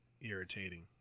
irritating